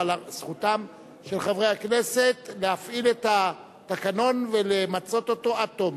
אבל זכותם של חברי הכנסת להפעיל את התקנון ולמצות אותו עד תום.